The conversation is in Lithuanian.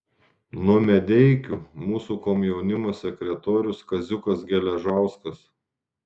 nuo medeikių mūsų komjaunimo sekretorius kaziukas geležauskas